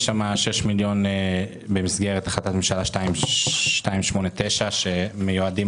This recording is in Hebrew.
יש 6 מיליון שקלים במסגרת החלטת הממשלה 289 שמיועדים